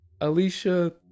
Alicia